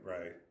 right